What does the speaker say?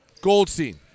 Goldstein